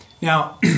Now